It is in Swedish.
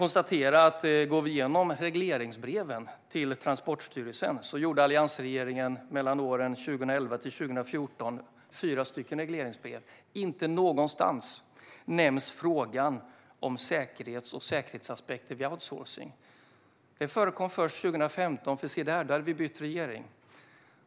När det gäller regleringsbrev till Transportstyrelsen kan jag konstatera att alliansregeringen under åren 2011-2014 skrev fyra regleringsbrev. Inte någonstans nämns frågan säkerhet och säkerhetsaspekter vid outsourcing. Det förekom först 2015, för se där - då hade vi bytt regering!